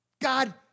God